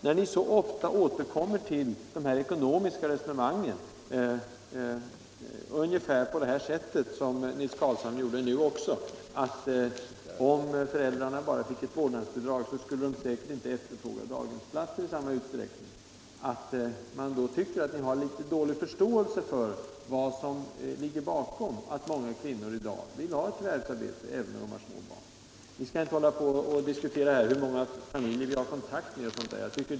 När ni så ofta återkommer till de ekonomiska resonemangen som också herr Carlshamre var inne på, att om föräldrarna fick ett vårdnadsbidrag skulle de säkert inte efterfråga daghemsplatser i samma utsträckning, då får ni väl finna er i att man tycker att ni har litet dålig förståelse för vad som ligger bakom det förhållandet att många kvinnor i dag vill ha ett förvärvsarbete, även om de har små barn. Vi skall inte diskutera hur många barnfamiljer vi har kontakt med.